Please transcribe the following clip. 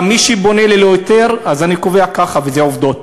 גם מי שבונה ללא היתר, אני קובע ככה, ואלה עובדות: